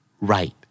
right